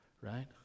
right